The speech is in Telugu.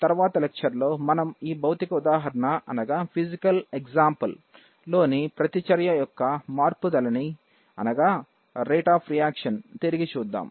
తరువాత లెక్చర్లో మనం ఈ భౌతిక ఉదాహరణ లోని ప్రతిచర్య యొక్క మార్పుదల ని తిరిగి చూద్దాం